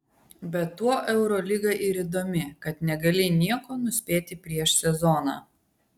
bet tuo eurolyga ir įdomi kad negali nieko nuspėti prieš sezoną